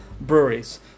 breweries